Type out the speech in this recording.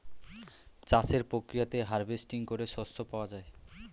চাষের প্রক্রিয়াতে হার্ভেস্টিং করে শস্য পাওয়া যায়